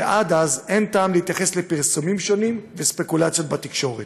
ועד אז אין טעם להתייחס לפרסומים שונים וספקולציות בתקשורת.